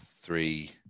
three